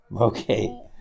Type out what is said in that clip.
Okay